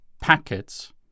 packets